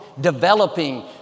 developing